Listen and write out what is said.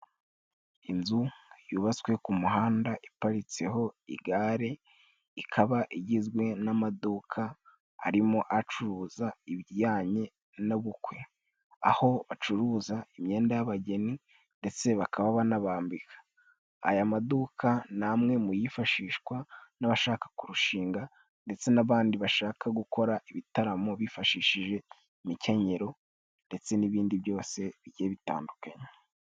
Inzu yubatswe ku muhanda iparitseho igare，ikaba igizwe n'amaduka arimo acuruza ibijyanye n'ubukwe， aho bacuruza imyenda y'abageni ndetse bakaba banabambika. Aya maduka ni amwe mu yifashishwa n'abashaka kurushinga ndetse n'abandi bashaka gukora ibitaramo bifashishije imikenyero ndetse n'ibindi byose bigiye bitandukanye.